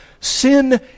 sin